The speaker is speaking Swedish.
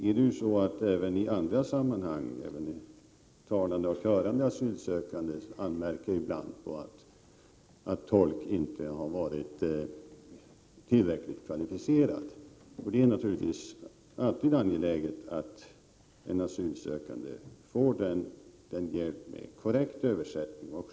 Även i andra sammanhang, i fall med asylsökande som inte har taleller hörselhandikapp, har det förekommit anmärkningar på att tolken inte varit tillräckligt kvalificerad. Det är naturligtvis alltid angeläget att en asylsökande får hjälp med korrekt översättning.